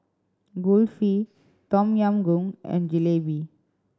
Kulfi Tom Yam Goong and Jalebi